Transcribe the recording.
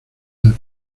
del